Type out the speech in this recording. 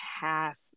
half